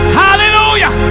hallelujah